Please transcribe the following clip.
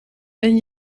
ben